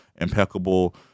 impeccable